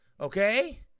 Okay